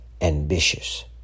ambitious